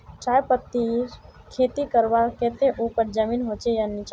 चाय पत्तीर खेती करवार केते ऊपर जमीन होचे या निचान?